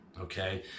okay